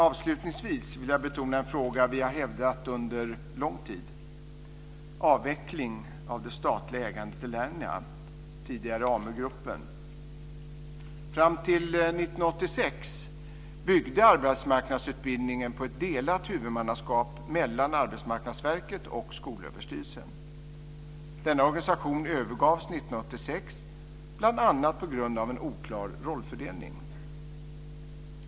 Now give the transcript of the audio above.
Avslutningsvis vill jag betona en fråga vi har hävdat under lång tid: avveckling av det statliga ägandet i Fram till 1986 byggde arbetsmarknadsutbildningen på ett delat huvudmannaskap mellan Arbetsmarknadsverket och Skolöverstyrelsen. Denna organisation övergavs 1986 bl.a. på grund av en oklar rollfördelning.